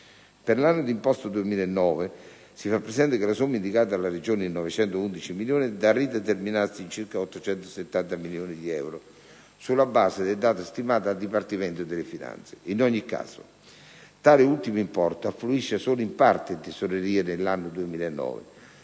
Per l'anno d'imposta 2009, si fa presente che la somma indicata dalla Regione in 911 milioni di euro è da rideterminarsi in circa 870 milioni di euro sulla base del dato stimato dal Dipartimento delle finanze. In ogni caso, tale ultimo importo affluisce solo in parte in tesoreria nell'anno 2009